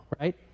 right